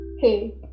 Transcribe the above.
hey